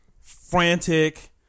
frantic